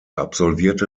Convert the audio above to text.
absolvierte